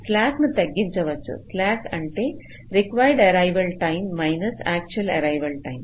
slack ను తగ్గించవచ్చు slack అంటే required arrival time minus actual arrival time